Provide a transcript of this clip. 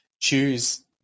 choose